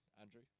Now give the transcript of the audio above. Andrew